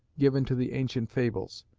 given to the ancient fables.